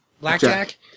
Blackjack